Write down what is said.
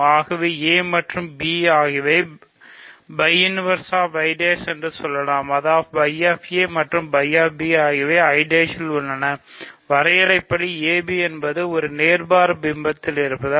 ஆகவே a மற்றும் b ஆகியவை ஆகும்